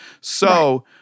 So-